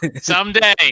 Someday